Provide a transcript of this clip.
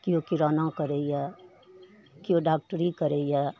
केओ किराना करैए केओ डॉकटरी करैए